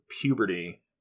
puberty